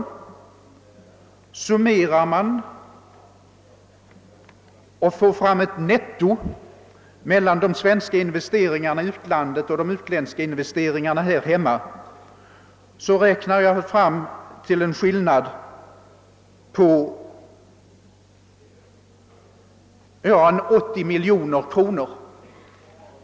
Om man summerar och tar fram ett saldo mellan de svenska investeringarna i ut landet och de utländska investeringarna här hemma kommer man fram till en skillnad på cirka 80 miljoner kronor.